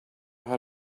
had